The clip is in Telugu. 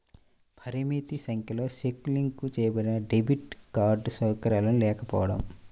పరిమిత సంఖ్యలో చెక్ లింక్ చేయబడినడెబిట్ కార్డ్ సౌకర్యాలు లేకపోవడం